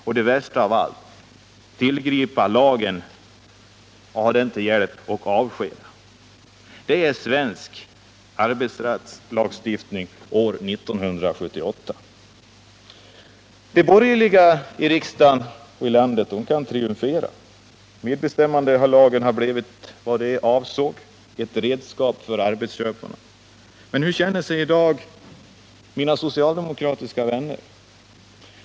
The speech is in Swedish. Och det värsta av allt: man kunde tillgripa lagen och med dess hjälp avskeda. Detta är svensk arbetsrättslagstiftning år 1978. De borgerliga här i riksdagen och ute i landet kan i dag triumfera. Medbestämmandelagen har blivit vad de avsåg — ett redskap för arbetsköparna. Men hur känner sig i dag mina socialdemokratiska vänner?